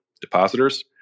depositors